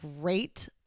great